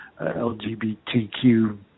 LGBTQ